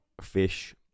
fish